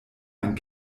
ein